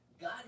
God